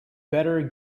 better